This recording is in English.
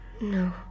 No